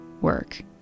work